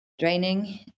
Draining